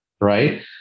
right